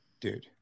Dude